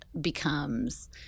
becomes